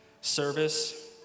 service